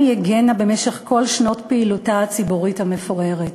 היא הגנה במשך כל שנות פעילותה הציבורית המפוארת.